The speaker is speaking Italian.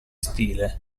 stile